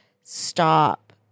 Stop